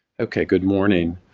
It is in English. okay, good morning.